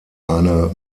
eine